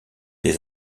des